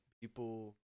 people